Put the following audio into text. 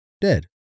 dead